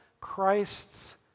Christ's